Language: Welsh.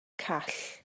call